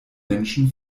menschen